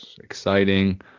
Exciting